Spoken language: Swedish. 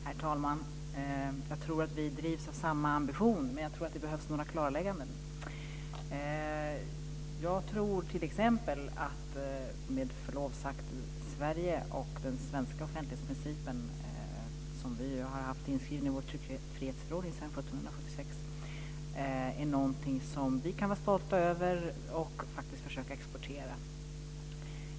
Herr talman! Jag tror att vi drivs av samma ambition. Men det behövs några klarlägganden. Den svenska offentlighetsprincipen, som vi har haft inskriven i vår tryckfrihetsförordning sedan 1766, är något som vi kan vara stolta över och försöka exportera.